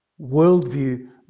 worldview